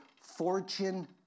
fortune